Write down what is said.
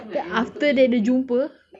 the after dia ada jumpa